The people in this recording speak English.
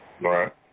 Right